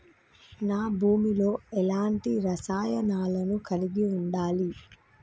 నా భూమి లో ఎలాంటి రసాయనాలను కలిగి ఉండాలి?